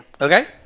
Okay